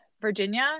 Virginia